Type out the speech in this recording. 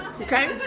Okay